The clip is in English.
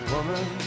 Woman